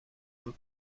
een